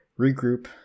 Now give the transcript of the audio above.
regroup